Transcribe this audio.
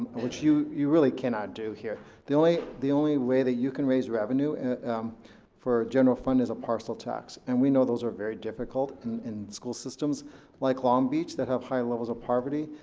which you you really cannot do here. the only the only way that you can raise revenue for a general fund is a parcel tax and we know those are very difficult and in school systems like long beach that have high levels of poverty.